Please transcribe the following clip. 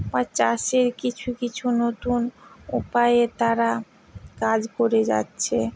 আর চাষের কিছু কিছু নতুন উপায়ে তারা কাজ করে যাচ্ছে